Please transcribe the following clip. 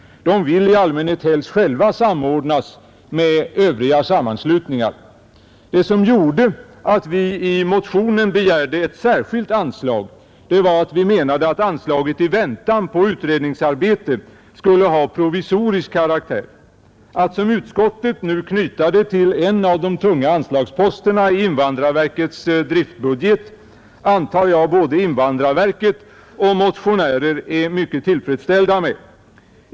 De vill i allmänhet helst själva samordnas med övriga sammanslutningar. Det som gjorde att vi i motionen begärde ett särskilt anslag, det var att vi menade att anslaget i väntan på utredningsarbete skulle ha provisorisk karaktär. Att som utskottet nu knyta det till en av de tunga anslagsposterna i invandrarverkets driftbudget antar jag att både invandrarverket och motionärer är tillfredsställda med.